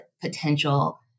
potential